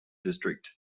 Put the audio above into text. district